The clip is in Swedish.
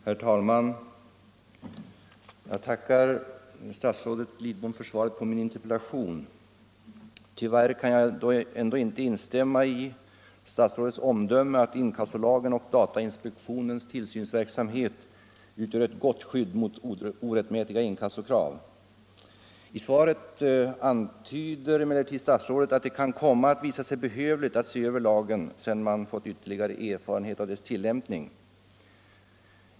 Herr talman! Jag tackar statsrådet Lidbom för svaret på min interpellation. Tyvärr kan jag dock inte instämma i statsrådets omdöme att inkassolagen och datainspektionens tillsynsverksamhet utgör ett gott skydd mot orättmätiga inkassokrav. I svaret antyder emellertid statsrådet Lidbom att det kan komma att visa sig behövligt att se över lagen, sedan man har fått ytterligare erfarenhet av dess tillämpning.